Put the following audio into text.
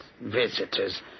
visitors